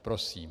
Prosím.